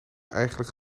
eigenlijk